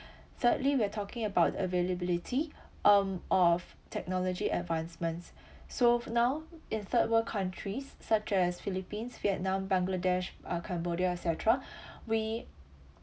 thirdly we're talking about the availability um of technology advancements so now in third world countries such as philippines vietnam bangladesh uh cambodia etcetera we